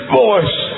voice